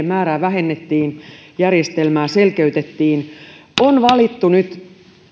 määrää vähennettiin järjestelmää selkeytettiin valittu nyt